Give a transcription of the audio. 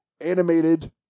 animated